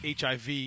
HIV